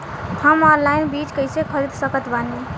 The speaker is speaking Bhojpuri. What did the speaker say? हम ऑनलाइन बीज कइसे खरीद सकत बानी?